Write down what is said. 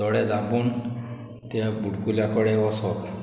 दोळे धांपून त्या बुडकुल्या कोडे वोसोप